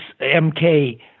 MK